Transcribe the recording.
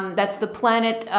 that's the planet,